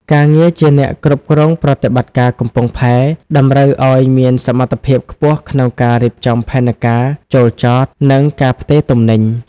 ការងារជាអ្នកគ្រប់គ្រងប្រតិបត្តិការកំពង់ផែ តម្រូវឱ្យមានសមត្ថភាពខ្ពស់ក្នុងការរៀបចំផែនការចូលចត និងការផ្ទេរទំនិញ។